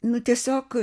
nu tiesiog